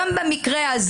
גם במקרה הזה.